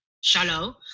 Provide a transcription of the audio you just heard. Shallow